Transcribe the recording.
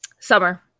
summer